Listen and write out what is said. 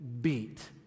beat